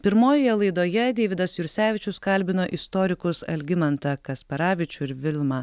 pirmojoje laidoje deividas jursevičius kalbino istorikus algimantą kasparavičių ir vilmą